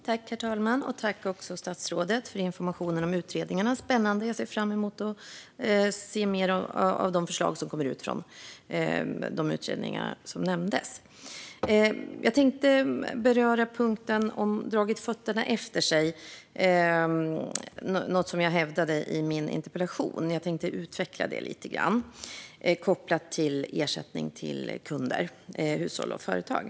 Herr talman! Tack, statsrådet, för informationen om utredningarna - spännande! Jag ser fram emot att se mer av de förslag som kommer från de utredningar som nämndes. Jag tänkte beröra detta med att ha dragit fötterna efter sig, som jag tog upp i min interpellation. Jag tänkte utveckla det lite grann kopplat till ersättning till kunder, hushåll och företag.